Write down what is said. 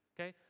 okay